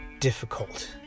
Difficult